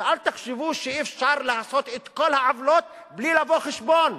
אל תחשבו שאפשר לעשות את כל העוולות בלי לבוא חשבון.